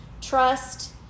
trust